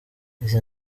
izi